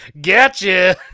gotcha